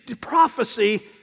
prophecy